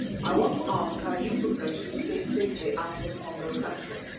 i want to ask how you propose to escape safely out of the pongo country?